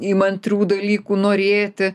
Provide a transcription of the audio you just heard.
įmantrių dalykų norėti